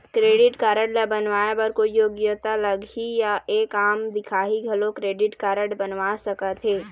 Credit card ला बनवाए बर कोई योग्यता लगही या एक आम दिखाही घलो क्रेडिट कारड बनवा सका थे?